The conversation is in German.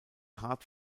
hart